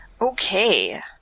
Okay